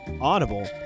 Audible